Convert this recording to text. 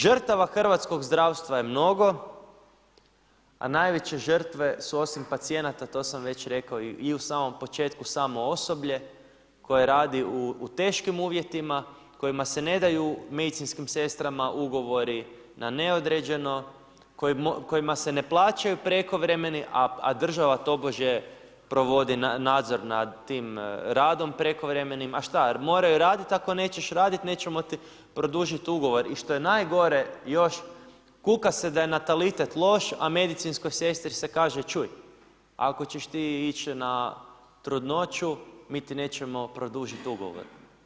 Žrtava hrvatskog zdravstva je mnogo a najveće žrtve su osim pacijenata, to sam već rekao i u samom početku samo osoblje koje radi u teškim uvjetima, kojima se ne daju medicinskim sestrama ugovori na neodređeno, kojima se ne plaćaju prekovremeni a država tobože provodi nadzor nad tim radom prekovremenim, a šta jer moraju raditi ako nećeš raditi, nećemo ti produžiti ugovor i što je najgore još, kuka se da je natalitet loš a medicinskoj sestri se kaže čuj, ako ćeš ti ić na trudnoću, mi ti nećemo produžiti ugovor.